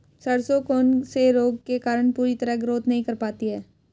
सरसों कौन से रोग के कारण पूरी तरह ग्रोथ नहीं कर पाती है?